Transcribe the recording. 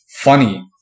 funny